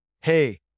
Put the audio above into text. hey